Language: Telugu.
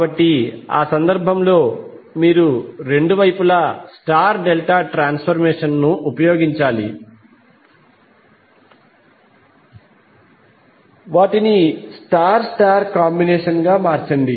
కాబట్టి ఆ సందర్భంలో మీరు రెండు వైపులా స్టార్ డెల్టా ట్రాన్సఫర్మేషన్ ను ఉపయోగించాలి వాటిని స్టార్ స్టార్ కాంబినేషన్ గా మార్చండి